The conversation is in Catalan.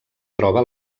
troba